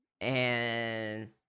And-